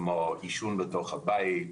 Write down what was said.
כמו עישון בתוך הבית,